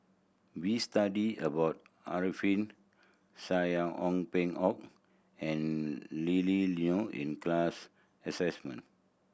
we studied about Alfian Sa'at Ong Peng Hock and Lily Neo in class